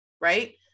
right